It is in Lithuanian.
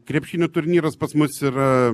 krepšinio turnyras pas mus yra